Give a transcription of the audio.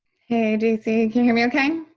hey, j c. can hear me ok?